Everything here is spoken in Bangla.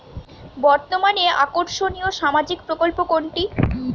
বর্তমানে আকর্ষনিয় সামাজিক প্রকল্প কোনটি?